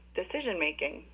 decision-making